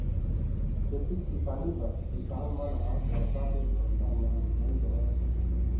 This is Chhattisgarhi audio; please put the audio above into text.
खेती किसानी बर किसान मन ह बरसा के भरोसा म नइ रह सकय